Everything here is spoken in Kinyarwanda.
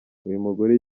uyumugore